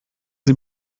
sie